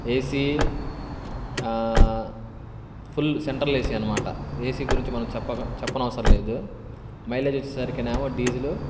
AC full central AC అనమాట AC గురించి మనం చెప్పక చెప్పనవసర లేదు మైలేజ్ వచ్చేసరికినేమో డీజిలు